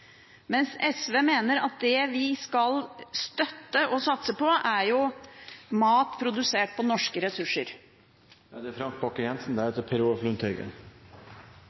mens SV mener at det vi skal støtte og satse på, er mat produsert på norske ressurser. Bare noen betraktninger knyttet til debatten: Når det